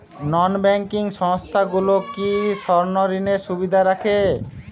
নন banking সংস্থাগুলো কি স্বর্ণঋণের সুবিধা রাখে?